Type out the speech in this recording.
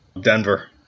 Denver